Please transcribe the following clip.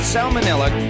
Salmonella